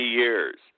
years